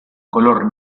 color